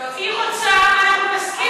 אבל אין הסכמה,